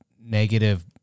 negative